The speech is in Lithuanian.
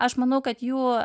aš manau kad jų